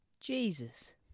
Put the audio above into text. Jesus